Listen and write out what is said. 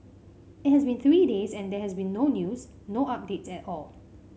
it has been three days and there has been no news no updates at all